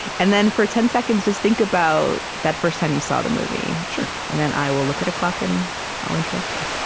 and then, for ten seconds, just think about that first time that you saw the movie sure and then, i will look at a clock, and i'll interrupt you